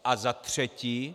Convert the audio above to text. A za třetí.